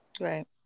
right